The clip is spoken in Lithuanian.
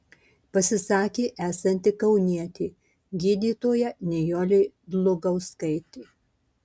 pasisakė esanti kaunietė gydytoja nijolė dlugauskaitė